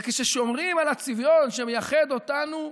וכששומרים על הצביון שמייחד אותנו,